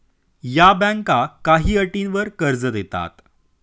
या बँका काही अटींवर कर्ज देतात